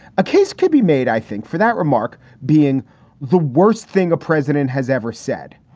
a case could be made, i think, for that remark being the worst thing a president has ever said.